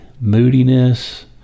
moodiness